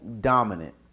dominant